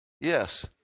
yes